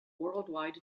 worldwide